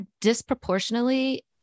disproportionately